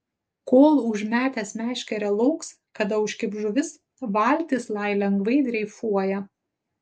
kol užmetęs meškerę lauks kada užkibs žuvis valtis lai lengvai dreifuoja